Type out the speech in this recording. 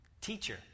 Teacher